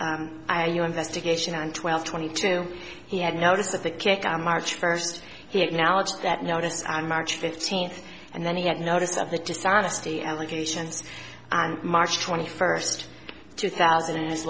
eye your investigation on twelve twenty two he had noticed a big kick on march first he acknowledged that notice on march fifteenth and then he had notice of the dishonesty allegations on march twenty first two thousand and